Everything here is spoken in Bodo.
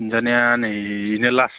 सिनजानाया नै बेनो लास्ट